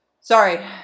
Sorry